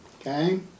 Okay